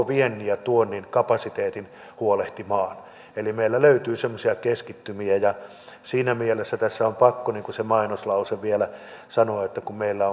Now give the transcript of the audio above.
viennin ja tuonnin kapasiteetin huolehtimaan eli meillä löytyy semmoisia keskittymiä siinä mielessä tässä on pakko se mainoslause vielä sanoa että kun meillä